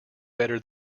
better